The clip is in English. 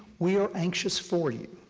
we are anxious for you,